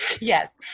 Yes